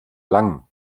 lang